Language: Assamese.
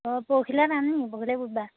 অঁ পৰহিলৈ পৰহিলৈ বুধবাৰ